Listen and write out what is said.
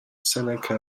seneca